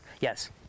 Yes